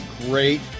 great